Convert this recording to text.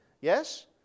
yes